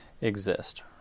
exist